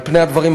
על-פני הדברים,